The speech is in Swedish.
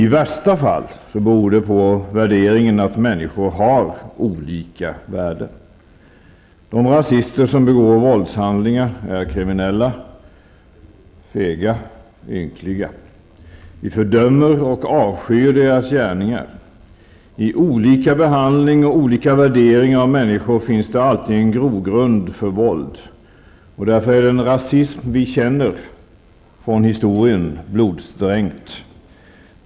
I värsta fall beror det på värderingen att människor har olika värde. De rasister som begår våldshandlingar är kriminiella, fega och ynkliga. Vi fördömer och avskyr deras gärningar. I olika behandling och olika värdering av människor finns det alltid en grogrund för våld. Därför är den rasism som vi känner från historien blodsdränkt.